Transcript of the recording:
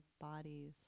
bodies